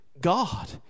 God